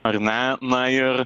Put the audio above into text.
ar ne na ir